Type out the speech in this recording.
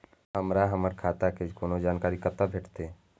हमरा हमर खाता के कोनो जानकारी कतै भेटतै?